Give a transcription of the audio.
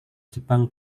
jepang